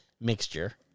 mixture